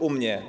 U mnie.